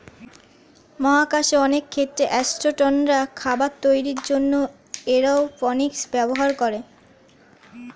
মহাকাশে অনেক ক্ষেত্রে অ্যাসট্রোনটরা খাবার তৈরির জন্যে এরওপনিক্স ব্যবহার করে